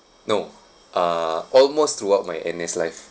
no uh almost throughout my N_S life